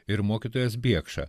ir mokytojas biekša